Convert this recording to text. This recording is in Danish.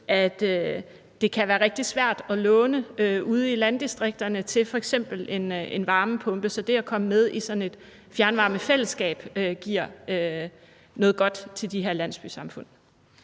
at det kan være rigtig svært at låne ude i landdistrikterne til f.eks. en varmepumpe. Så det at komme med i sådan et fjernvarmefællesskab giver noget godt til de her landsbysamfund.